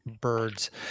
birds